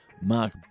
Mark